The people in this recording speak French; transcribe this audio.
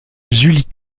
julie